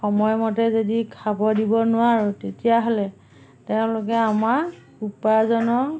সময়মতে যদি খাব দিব নোৱাৰোঁ তেতিয়াহ'লে তেওঁলোকে আমাৰ উপাৰ্জনৰ